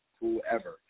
whoever